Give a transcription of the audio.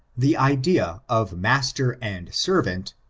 the idea of master and servant,